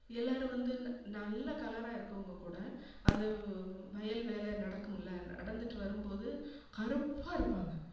எல்லாரும் வந்து ந நல்ல கலராக இருக்கவங்கள்கூட அந்த வ வயல் வேலை நடக்கும்ல நடந்துகிட்டு வரும்போது கருப்பாகருப்பாங்க